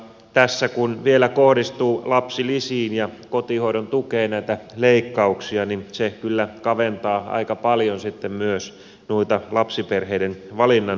tässä kun vielä kohdistuu lapsilisiin ja kotihoidon tukeen näitä leikkauksia niin se kyllä kaventaa aika paljon myös lapsiperheiden valinnanmahdollisuuksia